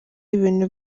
ibintu